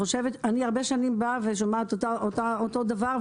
הרבה שנים באה ושומעת אותו הדבר,